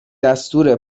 دستور